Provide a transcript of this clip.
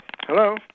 Hello